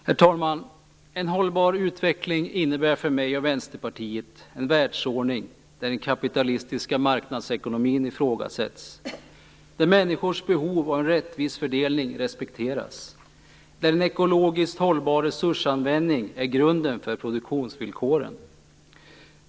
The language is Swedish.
Herr talman! En hållbar utveckling innebär för mig och Vänsterpartiet en världsordning där den kapitalistiska marknadsekonomin ifrågasätts, där människors behov av en rättvis fördelning respekteras och där en ekologiskt hållbar resursanvändning är grunden för produktionsvillkoren.